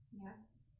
Yes